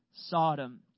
Sodom